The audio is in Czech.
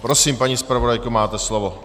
Prosím, paní zpravodajko, máte slovo.